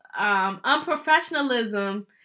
unprofessionalism